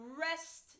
rest